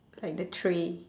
like the tray